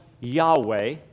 Yahweh